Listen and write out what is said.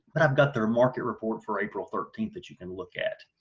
but i've got their market report for april thirteenth that you can look at